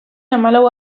hamalau